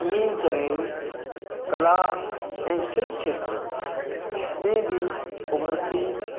इअं ई करे कला ऐं शिल्प खेत्र में बि उभरती